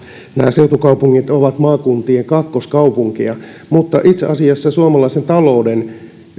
seutukaupungit ovat maakuntien kakkoskaupunkeja mutta itse asiassa suomalaisen talouden